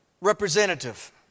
representative